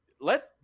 Let